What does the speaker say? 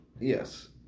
yes